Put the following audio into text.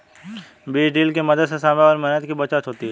बीज ड्रिल के मदद से समय और मेहनत की बचत होती है